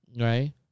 right